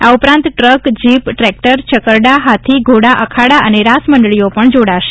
આ ઉપરાંત truck jeep tractor છકરડા હાથી ઘોડા અખાડા અને રાસમંડળીઓ જોડાશે